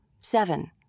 seven